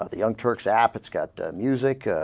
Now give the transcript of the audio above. ah young turks ap it's got music ah.